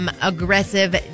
Aggressive